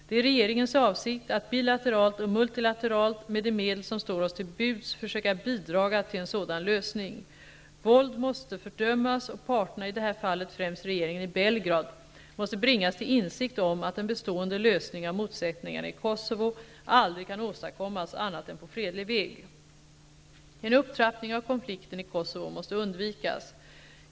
Det är regeringens avsikt att, bilateralt och multilateralt, med de medel som står oss till buds försöka bidraga till en sådan lösning. Våld måste fördömas och parterna, i det här fallet främst regeringen i Belgrad, måste bringas till insikt om att en bestående lösning av motsättningarna i Kosovo aldrig kan åstadkommas annat än på fredlig väg. En upptrappning av konflikten i Kosovo måste undvikas.